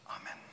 Amen